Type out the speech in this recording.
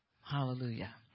Hallelujah